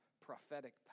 prophetic